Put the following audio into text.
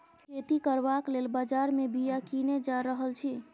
खेती करबाक लेल बजार मे बीया कीने जा रहल छी